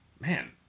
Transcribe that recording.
man